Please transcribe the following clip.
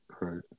Right